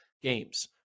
games